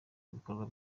ibikombe